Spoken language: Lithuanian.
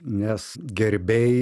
nes gerbei